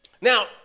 Now